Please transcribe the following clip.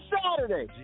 Saturday